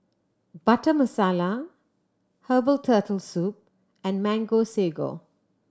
Butter Masala herbal Turtle Soup and Mango Sago